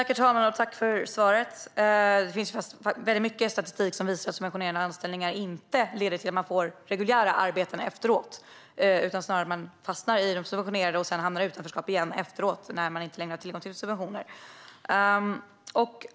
Herr talman! Det finns mycket statistik som visar att subventionerade anställningar inte leder till reguljära arbeten. Snarare fastnar man i det subventionerade och hamnar sedan i utanförskap igen när man inte längre har tillgång till subventionerna.